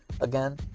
Again